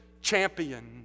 champion